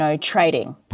trading